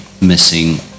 missing